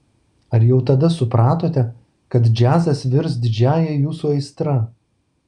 ar jau tada supratote kad džiazas virs didžiąja jūsų aistra